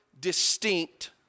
distinct